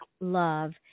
Love